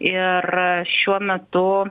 ir šiuo metu